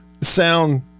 sound